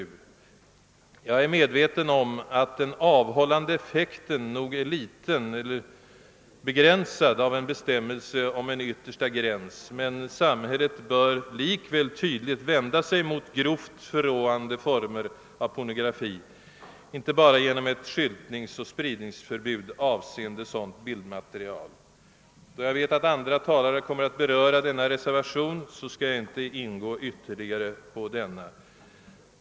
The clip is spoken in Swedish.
Jag är medveten om att den avhållande effekten nog blir liten eller begränsad genom en bestämmelse om en yttersta gräns, men samhället bör likväl tydligt vända sig mot grovt förråande former av pornografi inte bara genom ett skyltningsoch spridningsförbud avseende pornografiskt bildmaterial. Då jag vet att andra talare kommer att beröra denna reservation skall jag inte närmare gå in på den.